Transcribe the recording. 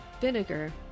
Vinegar